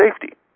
safety